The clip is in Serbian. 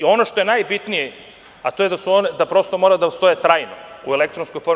Ono što je najbitnije, a to je da prosto one moraju da postoje trajno u elektronskoj formi.